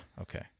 okay